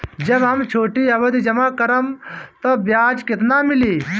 जब हम छोटी अवधि जमा करम त ब्याज केतना मिली?